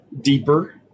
deeper